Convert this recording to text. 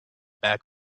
back